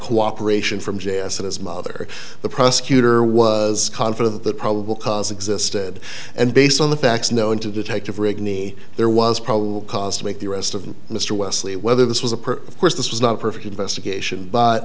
cooperation from j i said his mother the prosecutor was confident of the probable cause existed and based on the facts known to detective rigney there was probable cause to make the arrest of mr wesley whether this was a part of course this was not a perfect investigation but